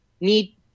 need